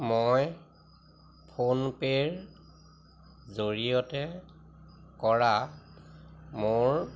মই ফোনপেৰ জৰিয়তে কৰা মোৰ